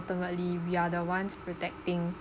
ultimately we are the ones protecting